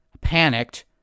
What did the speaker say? panicked